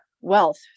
wealth